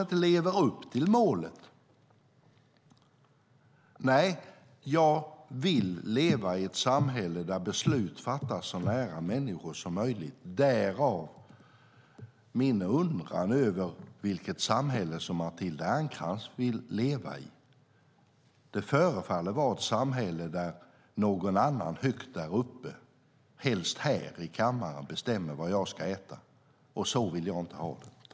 Nej, jag vill leva i ett samhälle där beslut fattas så nära människor som möjligt. Därför undrar jag vilket samhälle Matilda Ernkrans vill leva i. Det förefaller vara ett samhälle där någon annan högt där uppe, helst här i kammaren, bestämmer vad jag ska äta. Så vill jag inte ha det.